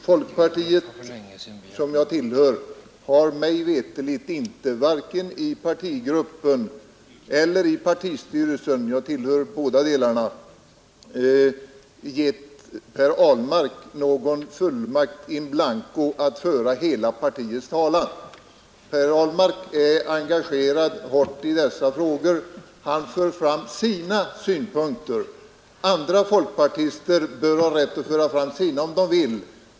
Folkpartiet har mig veterligt inte i vare sig partigruppen eller partistyrelsen — jag tillhör bådadera — givit herr Ahlmark någon fullmakt in blanco att föra hela partiets talan. Herr Ahlmark är engagerad hårt i dessa frågor och han för fram sina synpunkter; andra folkpartister bör ha rätt att föra fram sina om de vill.